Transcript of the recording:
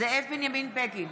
זאב בנימין בגין,